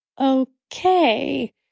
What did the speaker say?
okay